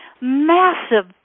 massive